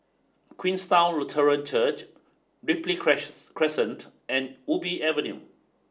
Queenstown Lutheran Church Ripley Crescent and Ubi Avenue